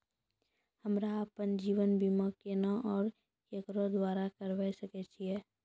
हमरा आपन जीवन बीमा केना और केकरो द्वारा करबै सकै छिये?